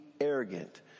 arrogant